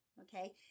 Okay